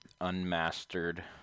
unmastered